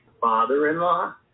father-in-law